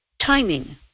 Timing